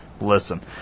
listen